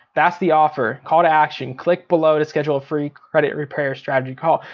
that's the offer, call to action, click below to schedule a free credit repair strategy call.